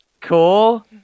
cool